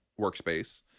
workspace